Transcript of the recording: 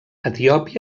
etiòpia